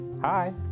Hi